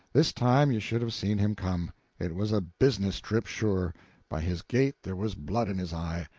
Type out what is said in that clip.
this time you should have seen him come it was a business trip, sure by his gait there was blood in his eye.